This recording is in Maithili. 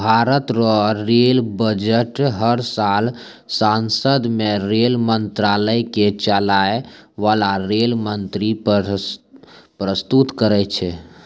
भारत रो रेल बजट हर साल सांसद मे रेल मंत्रालय के चलाय बाला रेल मंत्री परस्तुत करै छै